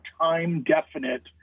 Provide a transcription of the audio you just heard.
time-definite